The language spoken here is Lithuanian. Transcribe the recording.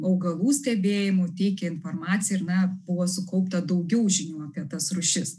augalų stebėjimu teikia informaciją ir na buvo sukaupta daugiau žinių apie tas rūšis